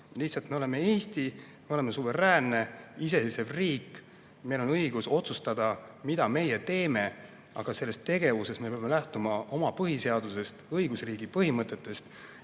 Lihtsalt Eesti on suveräänne, iseseisev riik. Meil on õigus otsustada, mida meie teeme, aga selles tegevuses me peame lähtuma oma põhiseadusest, õigusriigi põhimõtetest,